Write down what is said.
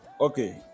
okay